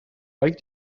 like